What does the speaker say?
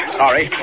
sorry